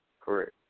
Correct